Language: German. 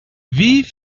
wie